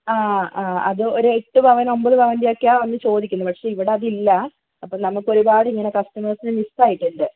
ആ ആ അത് ഒരു എട്ട് പവൻ ഒമ്പത് പവൻറെ ഒക്കെയാണ് വന്ന് ചോദിക്കുന്നത് പക്ഷേ ഇവിടെ അതില്ല അപ്പോൾ നമുക്ക് ഒരുപാട് ഇങ്ങനെ കസ്റ്റമേഴ്സിനെ മിസ് ആയിട്ടുണ്ട്